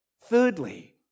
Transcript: Thirdly